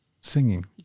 singing